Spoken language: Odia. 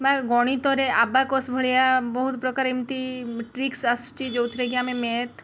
ବା ଗଣିତରେ ଆବାକସ୍ ଭଳିଆ ବହୁତ ପ୍ରକାର ଏମିତି ଟ୍ରିକ୍ସ ଆସୁଛି ଯେଉଁଥିରେ କି ଆମେ ମ୍ୟାଥ୍